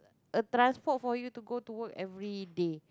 a transport for you to go to work everyday